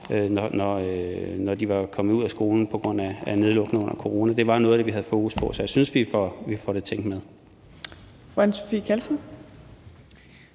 når de var kommet ud af skolen på grund af nedlukning og corona – noget af det, vi havde fokus på. Så jeg synes, vi får det tænkt med.